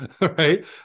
right